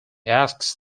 asks